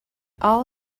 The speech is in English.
all